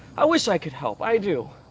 i wish i could help! i do.